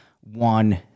one